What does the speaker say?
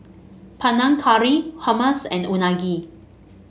Panang Curry Hummus and Unagi